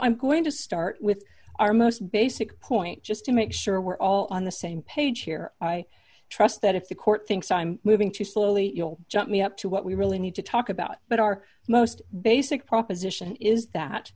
i'm going to start with our most basic point just to make sure we're all on the same page here i trust that if the court thinks i'm moving too slowly you'll jump me up to what we really need to talk about but our most basic proposition is that